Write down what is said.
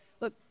look